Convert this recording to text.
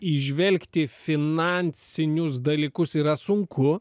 įžvelgti finansinius dalykus yra sunku